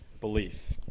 belief